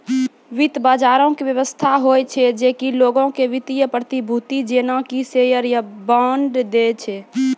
वित्त बजारो के व्यवस्था होय छै जे कि लोगो के वित्तीय प्रतिभूति जेना कि शेयर या बांड दै छै